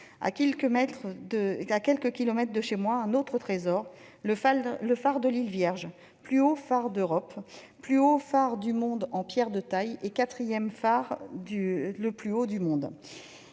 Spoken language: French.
À quelques kilomètres de chez moi se dresse un autre trésor : le phare de l'île Vierge, plus haut phare d'Europe, plus haut phare du monde en pierre de taille et quatrième plus haut phare du monde,